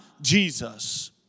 Jesus